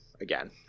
again